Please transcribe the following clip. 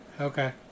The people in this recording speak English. Okay